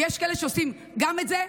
ויש כאלה שעושים גם את זה,